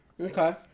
Okay